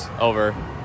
over